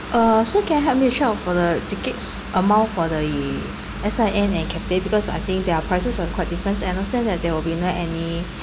uh so can you help me to check of for the tickets amount for the S_I_A and cathay because I think their prices are quite different and understand that there will not be any